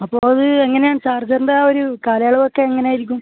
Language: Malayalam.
അപ്പോൾ അത് എങ്ങനെയാണ് ചാർജറിൻ്റെ ആ ഒരു കാലയളവൊക്കെ എങ്ങനെയായിരിക്കും